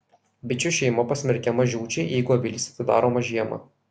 bičių šeima pasmerkiama žūčiai jeigu avilys atidaromas žiemą